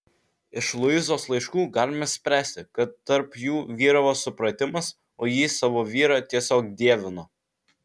iš luizos laiškų galime spręsti kad tarp jų vyravo supratimas o ji savo vyrą tiesiog dievino